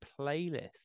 playlist